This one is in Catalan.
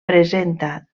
presenta